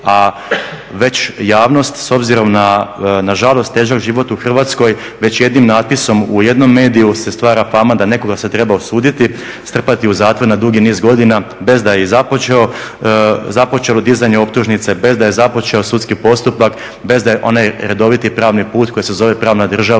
a već javnost s obzirom na žalost težak život u Hrvatskoj već jednim natpisom u jednom mediju se stvara fama da nekoga se treba osuditi, strpati u zatvor na dugi niz godina bez da je i započelo dizalo optužnice, bez da je započeo sudski postupak, bez da je onaj redoviti pravni put koji se zove pravna država